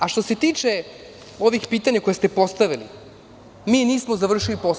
A što se tiče ovih pitanja koje ste postavili, mi nismo završili posao.